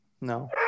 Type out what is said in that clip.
No